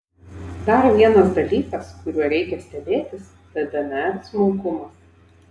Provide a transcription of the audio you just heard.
dar vienas dalykas kuriuo reikia stebėtis tai dnr smulkumas